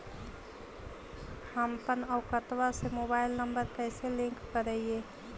हमपन अकौउतवा से मोबाईल नंबर कैसे लिंक करैइय?